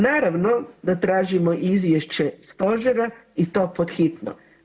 Naravno da tražimo i izvješće Stožera i to pod hitno.